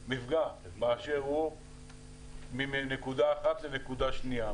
באשר הוא ומעבירים אותו מנקודה אחת לנקודה שנייה,